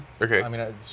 Okay